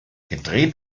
gedreht